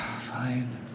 Fine